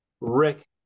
Rick